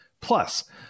Plus